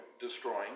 destroying